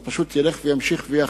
זה פשוט ילך ויחריף,